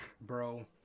Bro